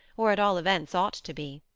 or at all events ought to be.